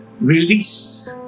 release